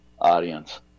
audience